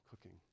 cooking